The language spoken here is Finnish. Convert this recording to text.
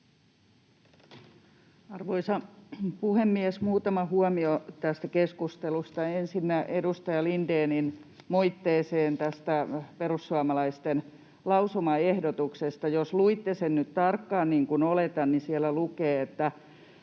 Arvoisa puhemies! Muutama huomio tästä keskustelusta. Ensinnä edustaja Lindénin moitteeseen tästä perussuomalaisten lausumaehdotuksesta. Jos luitte sen nyt tarkkaan, niin kuin oletan, niin siellä lukee, että